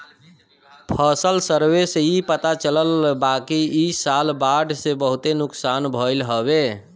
फसल सर्वे से इ पता चलल बाकि इ साल बाढ़ से बहुते नुकसान भइल हवे